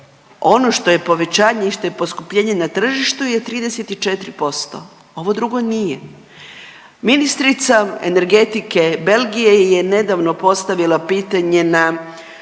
ono što je povećanje i što je poskupljenje na tržištu je 34% ovo drugo nije. Ministrica energetike Belgije je nedavno postavila pitanje na